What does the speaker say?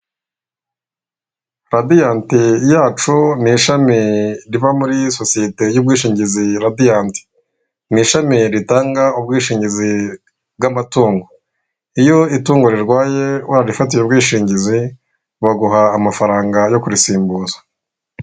Radiyanti yacu ni ishami riva muri sosiyete y'ubwishingizi radiiyanti mu ishami ritanga ubwishingizi bw'amatungo, iyo itungo rirwaye wararifatiye ubwishingizi baguha amafaranga yo kurisimbuza.